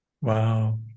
Wow